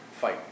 fight